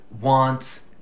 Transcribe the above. wants